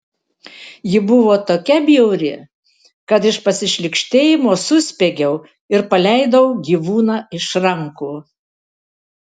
ji buvo tokia bjauri kad iš pasišlykštėjimo suspiegiau ir paleidau gyvūną iš rankų